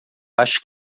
acho